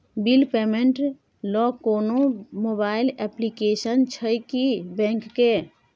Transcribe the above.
Bill payment ल कोनो mobile application छै की बैंक के?